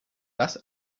das